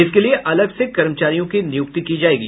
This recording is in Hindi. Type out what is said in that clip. इसके लिए अलग से कर्मचारियों की नियुक्ति की जायेगी